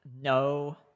no